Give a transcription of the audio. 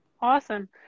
Awesome